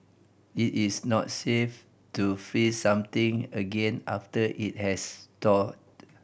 it is not safe to freeze something again after it has thawed